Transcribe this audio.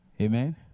Amen